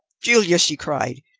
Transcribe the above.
julia, she cried,